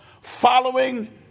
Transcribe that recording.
following